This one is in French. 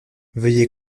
veuillez